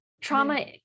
trauma